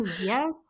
Yes